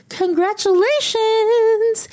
congratulations